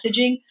messaging